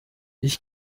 ich